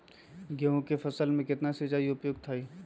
गेंहू के फसल में केतना सिंचाई उपयुक्त हाइ?